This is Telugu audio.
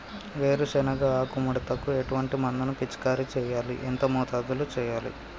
వేరుశెనగ ఆకు ముడతకు ఎటువంటి మందును పిచికారీ చెయ్యాలి? ఎంత మోతాదులో చెయ్యాలి?